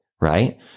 right